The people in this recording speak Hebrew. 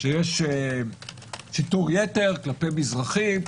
שיש שיטור יתר כלפי מזרחיים,